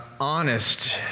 honest